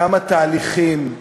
כמה תהליכים,